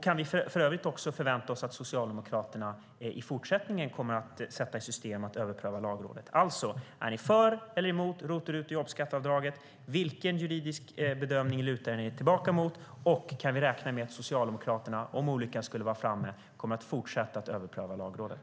Kan vi förvänta oss att Socialdemokraterna i fortsättningen kommer att sätta i system att överpröva Lagrådet? Är ni för eller emot ROT, RUT och jobbskatteavdraget? Vilken juridisk bedömning lutar ni er emot? Kan vi räkna med att Socialdemokraterna, om olyckan skulle vara framme, kommer att fortsätta att överpröva Lagrådet?